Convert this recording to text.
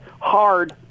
hard